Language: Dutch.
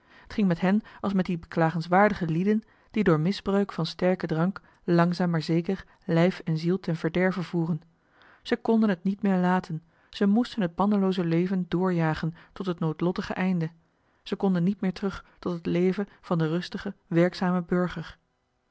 t ging met hen als met die beklagenswaardige lieden die door misbruik van sterken drank langzaam maar zeker lijf en ziel ten verderve voeren zij konden het niet meer laten ze moesten het bandelooze leven doorjagen tot het noodlottige einde ze konden niet meer terug tot het leven van den rustigen werkzamen burger